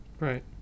right